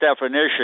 definition